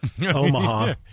Omaha